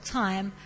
time